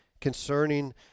Concerning